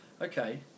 Okay